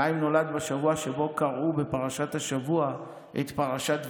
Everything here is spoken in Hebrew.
חיים נולד בשבוע שבו קראו בפרשת השבוע את פרשת וירא,